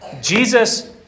Jesus